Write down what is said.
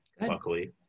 luckily